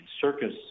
circus